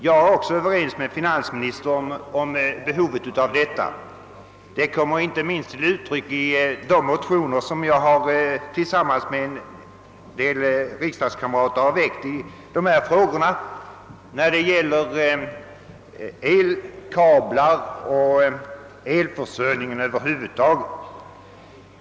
Jag är också överens med finansministern om behovet därav; det kommer till uttryck inte minst i de motioner som jag tillsammans med riksdagskamrater har väckt i dessa frågor beträffande elkablar och elförsörjningsmateriel.